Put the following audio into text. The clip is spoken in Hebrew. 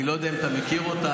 אני לא יודע אם אתה מכיר אותה,